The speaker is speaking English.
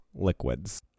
liquids